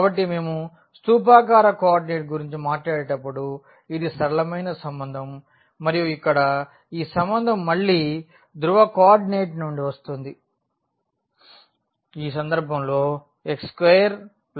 కాబట్టి మేము స్థూపాకార కోఆర్డినేట్ గురించి మాట్లాడేటప్పుడు ఇది సరళమైన సంబంధం మరియు ఇక్కడ ఈ సంబంధం మళ్ళీ ధ్రువ కోఆర్డినేట్ నుండి వస్తుంది ఈ సందర్భంలో x2y2r2